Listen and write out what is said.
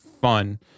fun